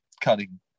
cutting